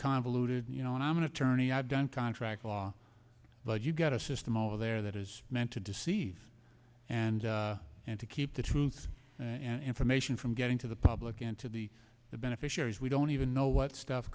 convoluted you know i'm an attorney i've done contract law but you've got a system over there that is meant to deceive and and to keep the truth information from getting to the public and to the beneficiaries we don't even know what stuff